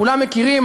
כולם מכירים,